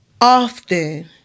Often